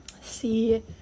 See